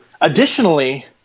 Additionally